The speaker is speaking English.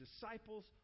disciples